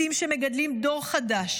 בתים המגדלים דור חדש,